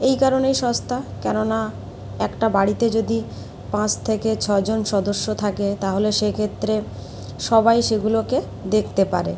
এই কারণেই সস্তা কেননা একটা বাড়িতে যদি পাঁচ থেকে ছজন সদস্য থাকে তাহলে সেক্ষেত্রে সবাই সেগুলোকে দেখতে পারে